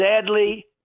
Sadly